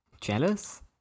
jealous